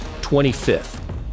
25th